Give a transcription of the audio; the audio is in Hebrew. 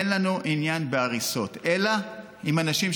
אין לנו עניין בהריסות אלא אם כן אנשים,